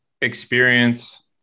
experience